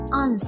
on